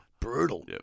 brutal